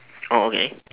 oh okay